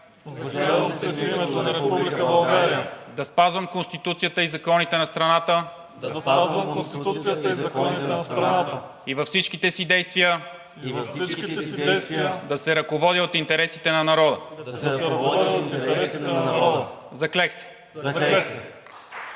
да спазвам Конституцията и законите на страната и във всичките си действия да се ръководя от интересите на народа. Заклех се!“